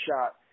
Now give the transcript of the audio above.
shot